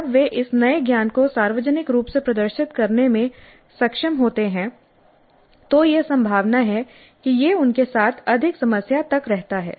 जब वे इस नए ज्ञान को सार्वजनिक रूप से प्रदर्शित करने में सक्षम होते हैं तो यह संभावना है कि यह उनके साथ अधिक समय तक रहता है